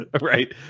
Right